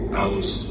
house